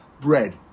bread